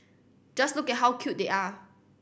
just look at how cute they are